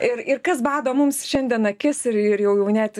ir ir kas bado mums šiandien akis ir ir jau net